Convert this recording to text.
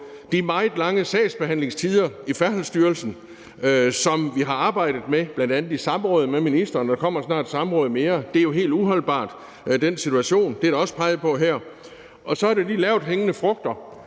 de meget lange sagsbehandlingstider i Færdselsstyrelsen, som vi har arbejdet med, bl.a. i samråd med ministeren, og der kommer snart et samråd mere, og den situation er jo helt uholdbar, og det er der også peget på her. Så er der de lavthængende frugter,